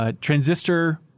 transistor